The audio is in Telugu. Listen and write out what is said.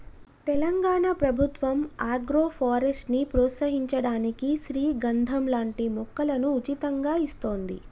తెలంగాణ ప్రభుత్వం ఆగ్రోఫారెస్ట్ ని ప్రోత్సహించడానికి శ్రీగంధం లాంటి మొక్కలను ఉచితంగా ఇస్తోంది